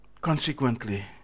Consequently